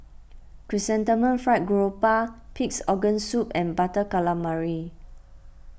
Chrysanthemum Fried Garoupa Pig's Organ Soup and Butter Calamari